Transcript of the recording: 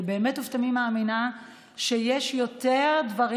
אני מאמינה באמת ובתמים שיש יותר דברים